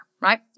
right